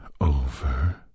over